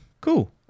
Cool